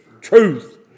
truth